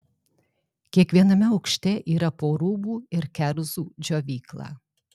kiekviename aukšte yra po rūbų ir kerzų džiovyklą